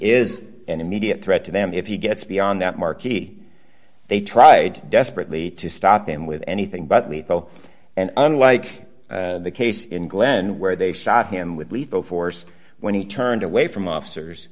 is an immediate threat to them if he gets beyond that marquis they tried desperately to stop him with anything but lethal and unlike the case in glen where they shot him with lethal force when he turned away from officers